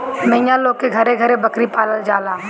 मिया लोग के घरे घरे बकरी पालल जाला